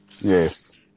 Yes